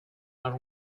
are